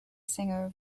singer